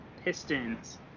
Pistons